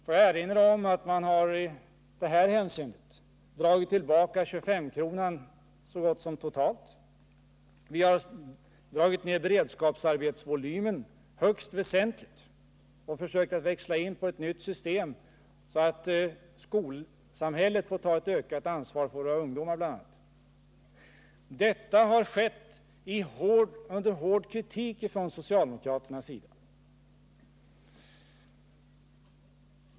Får jag erinra om att man i det här hänseendet har dragit tillbaka 25-kronan så gott som totalt, vi har dragit ned beredskapsarbetsvolymen högst väsentligt och försökt växla in på ett nytt system, så att skolsamhället får ta ett ökat ansvar för våra ungdomar. Detta har skett under hård kritik från socialdemokraternas sida.